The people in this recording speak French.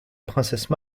princesse